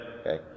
Okay